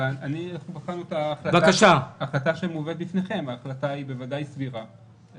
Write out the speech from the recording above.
בחנו את ההחלטה שמובאת בפניכם, והיא בוודאי סבירה.